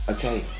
Okay